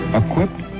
equipped